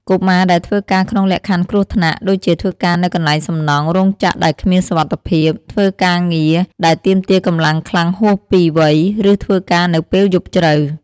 កុមារដែលធ្វើការក្នុងលក្ខខណ្ឌគ្រោះថ្នាក់ ដូចជាធ្វើការនៅកន្លែងសំណង់ រោងចក្រដែលគ្មានសុវត្ថិភាព ធ្វើការងារដែលទាមទារកម្លាំងខ្លាំងហួសពីវ័យ ឬធ្វើការនៅពេលយប់ជ្រៅ។